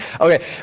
Okay